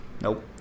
Nope